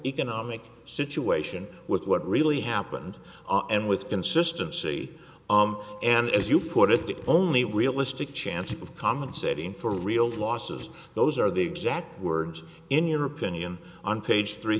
economic situation with what really happened and with consistency and as you put it the only realistic chance of compensating for real losses those are the exact words in your opinion on page three